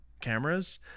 cameras